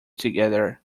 together